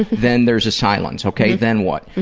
then there's a silence. ok, then what?